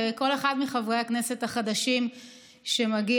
וכל אחד מחברי הכנסת החדשים שמגיע